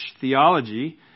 theology